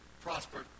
prospered